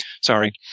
sorry